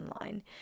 online